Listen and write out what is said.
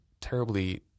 terribly